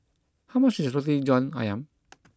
how much is Roti Jhn Ayam